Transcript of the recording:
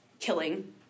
killing